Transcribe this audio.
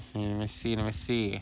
mm lah 死了死了